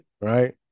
Right